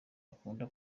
akunda